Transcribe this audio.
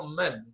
men